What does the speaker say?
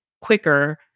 quicker